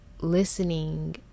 listening